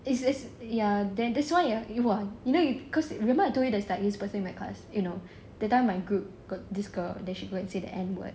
it's it's ya then that's why ah !wah! you know you remember I told you there's like this person in my class eh no that time my group got this girl then she go and say the N word